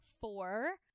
four